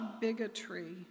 bigotry